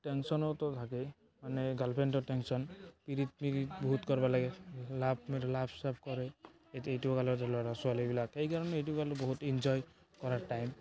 টেনচনতো থাকে মানে গালফেণ্ডৰ টেনচন বহুত কৰিব লাগে লাভ চাভ কৰে এইটো কালত ল'ৰা ছোৱালীবিলাকে এইকাৰণে এইটো কালত বহুত ইনজয় কৰা টাইম